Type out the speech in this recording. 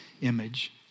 image